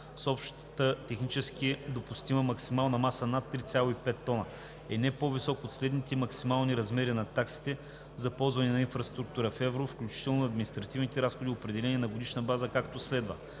с обща технически допустима максимална маса над 3,5 тона е не по-висок от следните максимални размери на таксите за ползване на инфраструктура в евро, включително административните разходи, определени на годишна база, както следва.